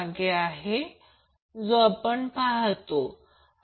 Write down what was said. म्हणून जेव्हा जेव्हा टू वॅटमीटर पद्धतीसाठी जाताल